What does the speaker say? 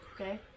okay